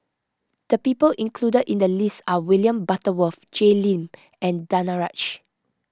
the people included in the list are William Butterworth Jay Lim and Danaraj